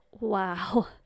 wow